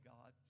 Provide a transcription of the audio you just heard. God